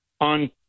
on